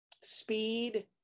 speed